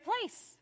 place